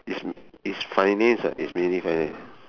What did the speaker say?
is is finance lah is mainly finance